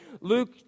Luke